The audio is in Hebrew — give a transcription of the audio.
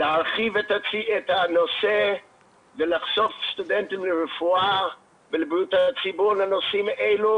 להרחיב את הנושא ולחשוף סטודנטים לרפואה ולבריאות הציבור לנושאים אלו,